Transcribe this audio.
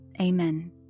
Amen